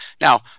Now